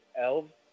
elves